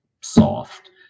soft